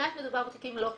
באמת מדובר בתיקים לא פשוטים.